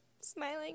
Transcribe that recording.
smiling